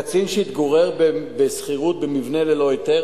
קצין שהתגורר בשכירות במבנה ללא היתר